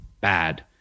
bad